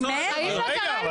אבל היא אמרה שהייתה התייעצות.